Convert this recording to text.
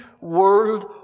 world